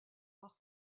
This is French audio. par